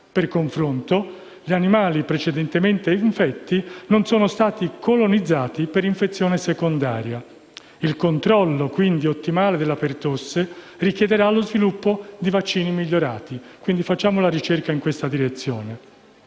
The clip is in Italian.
Per confronto, gli animali precedentemente infetti non sono stati colonizzati per infezione secondaria. Quindi, il controllo ottimale della pertosse richiederà lo sviluppo di vaccini migliorati. Facciamo pertanto la ricerca in questa direzione.